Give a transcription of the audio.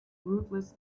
rootless